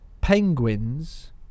penguins